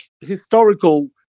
Historical